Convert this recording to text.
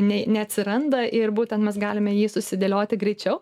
nei neatsiranda ir būtent mes galime jį susidėlioti greičiau